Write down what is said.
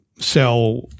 Sell